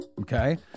Okay